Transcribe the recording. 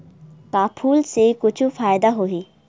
का फूल से कुछु फ़ायदा होही?